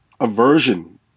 aversion